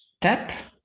tap